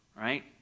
right